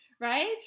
right